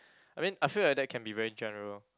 I mean I feel like that can be very general